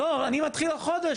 חודש.